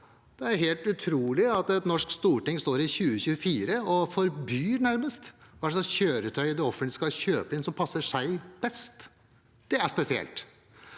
Det er helt utrolig at et norsk storting i 2024 nærmest skal bestemme hva slags kjøretøy det offentlige skal kjøpe inn, hva som passer dem best. Det er spesielt.